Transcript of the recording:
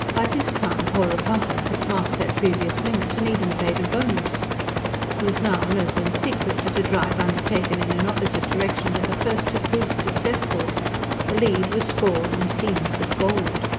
by this time porepunkahs had passed their previous limit, and even paid a bonus it was now an open secret that a drive undertaken in an opposite direction to the first had proved successful the lead was scored and seamed with gold.